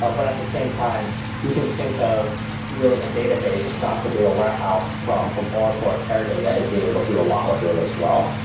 um but at the same time you can think of really a database, a canonical data warehouse from from oracle, or teradata as being able do a lot with data as well,